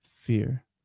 fear